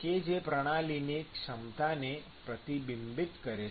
કે જે પ્રણાલીની ક્ષમતાને પ્રતિબિંબિત કરે છે